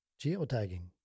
geotagging